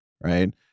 right